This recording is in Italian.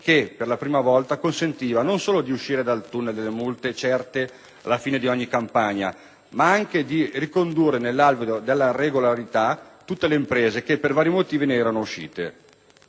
che, per la prima volta, consentiva non solo di uscire dal tunnel delle multe certe alla fine di ogni campagna, ma anche di ricondurre nell'alveo della regolarità tutte le imprese che per vari motivi ne erano uscite.